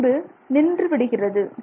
பின்பு நின்றுவிடுகிறது